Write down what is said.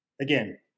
Again